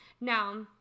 Now